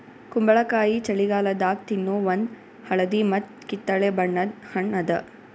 ಕುಂಬಳಕಾಯಿ ಛಳಿಗಾಲದಾಗ ತಿನ್ನೋ ಒಂದ್ ಹಳದಿ ಮತ್ತ್ ಕಿತ್ತಳೆ ಬಣ್ಣದ ಹಣ್ಣ್ ಅದಾ